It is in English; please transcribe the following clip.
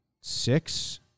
six